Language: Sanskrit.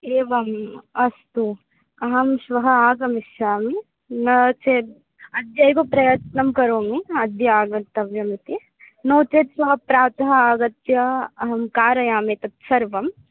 एवम् अस्तु अहं श्वः आगमिष्यामि न चेत् अद्यैव प्रयत्नं करोमि अद्य आगन्तव्यमिति नोचेत् श्वः प्रातः आगत्य अहं कारयामि तत्सर्वम्